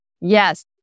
Yes